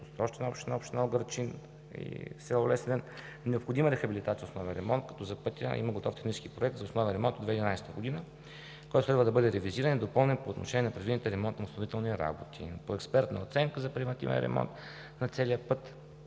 Той обслужва и община Угърчин и село Лесидрен. Необходима е рехабилитация и основен ремонт, като за пътя има готов технически проект за основен ремонт през 2011 г., който трябва да бъде ревизиран и допълнен по отношение на предвидените ремонтни и строителни работи. По експертна оценка за превантивен ремонт на целия път